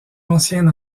ancien